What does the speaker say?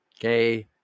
Okay